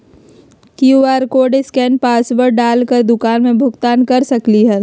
QR code scan password डाल कर दुकान में भुगतान कर सकलीहल?